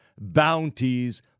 bounties